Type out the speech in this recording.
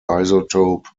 isotope